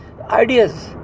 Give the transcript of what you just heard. ideas